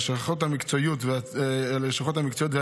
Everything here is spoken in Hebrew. הלשכות המקצועיות והציבור,